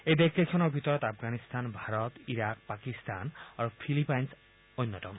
এই দেশকেইখনৰ ভিতৰত আফগানিস্তান ভাৰত ইৰাক পাকিস্তান আৰু ফিলিপাইনছ অন্যতম